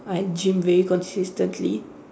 I gym very consistently